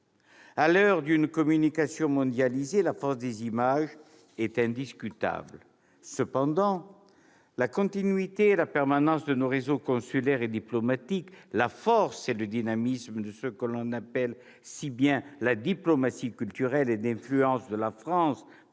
À l'heure d'une communication mondialisée, la force des images est indiscutable. Cependant, la continuité et la permanence de nos réseaux consulaires et diplomatiques, la force et le dynamisme de ce que l'on appelle si bien « la diplomatie culturelle et d'influence » de la France,